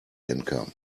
income